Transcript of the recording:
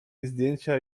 zdjęcia